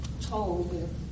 told